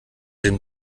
dem